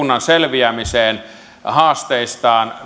selviämiseen haasteistaan